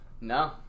No